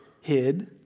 hid